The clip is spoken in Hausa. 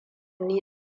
ni